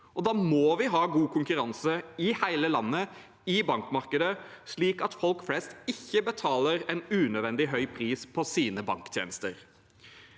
da må vi ha god konkurranse i bankmarkedet i hele landet, slik at folk flest ikke betaler en unødvendig høy pris på sine banktjenester.